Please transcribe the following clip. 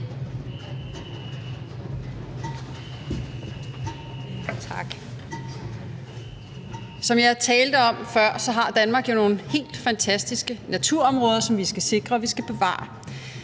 Som jeg talte om før, har Danmark jo nogle helt fantastiske naturområder, som vi skal sikre og bevare.